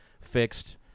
Fixed